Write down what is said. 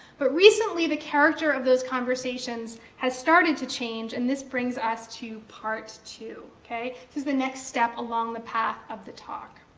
but recently the character of those conversations has started to change, and this brings us to part two, okay? this is the next step along the path of the talk.